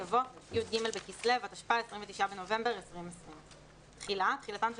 יבוא "י"ג בכסלו התשפ"א (29 בנובמבר 2020)". תחילה תחילתן של